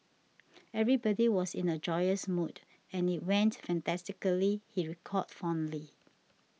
everybody was in a joyous mood and it went fantastically he recalled fondly